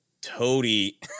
toady